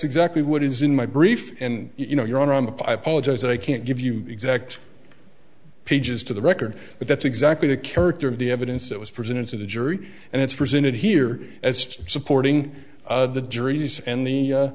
exactly what is in my brief and you know your own on the pipe which i can't give you exact pages to the record but that's exactly the character of the evidence that was presented to the jury and it's presented here as to supporting the juries and the